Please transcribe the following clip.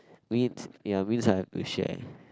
means ya I mean have to share